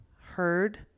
heard